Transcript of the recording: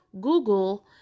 Google